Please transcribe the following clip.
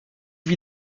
vit